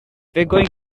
going